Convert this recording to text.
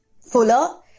fuller